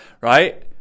Right